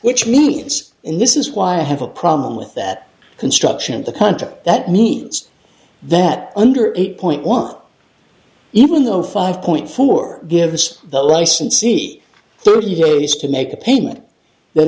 which means and this is why i have a problem with that construction of the punter that means that under eight point one even though five point four gives the licensee thirty heelys to make a payment then